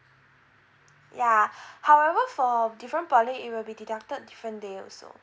ya however for different poly it will be deducted different day also